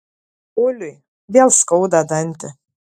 uliui vėl skauda dantį